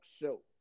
Show